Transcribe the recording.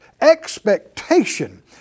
expectation